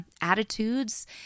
attitudes